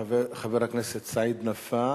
חבר הכנסת סעיד נפאע,